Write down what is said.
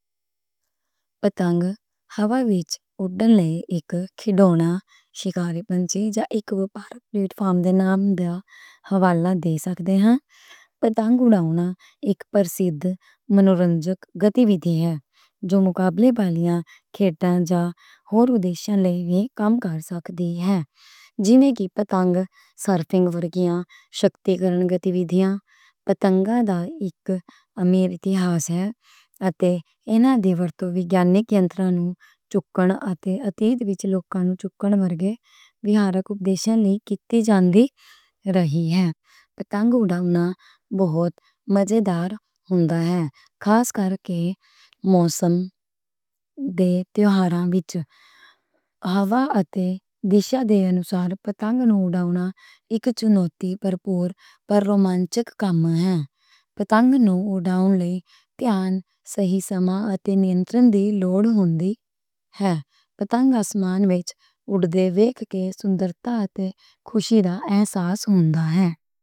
پتنگ ہوا وچ اُلاؤنے لئی اک کھلونا، بلیک کائٹ، یا اک وپار پلیٹ فارم دے نام دا حوالہ دے سکدے نیں۔ پتنگ اُلاؤنا اک پرسّد منورنجک سرگرمی اے، جو مقابلے، کھیل جا ہور مقصد لئی وی کام کر سکدی ہے۔ پتنگ اُلاؤنا بہت مزےدار ہوندا اے، خاص کرکے موسم دے تہواراں وچ ہوا اتے دشا دے انسار پتنگ اُلاؤنا ہوندا اے۔ پتنگ اُلاؤنا اک چنوتی پربھور تے رومانچک کام اے، پتنگ اُلاؤن لئی دھیان صحیح سماں اتے نینترن دی لوڑ ہوندی ہے۔ پتنگ آسمان وچ اُڈدے ویکھ کے سندرتا اتے خوشی دا احساس ہوندا ہے۔